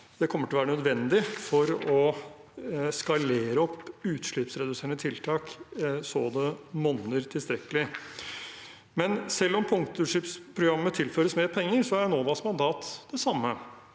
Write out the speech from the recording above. Det kommer til være nødvendig for å skalere opp utslippsreduserende tiltak så det monner tilstrekkelig. Selv om punktutslippsprogrammet tilføres mer penger, er Enovas mandat det samme.